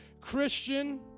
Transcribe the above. Christian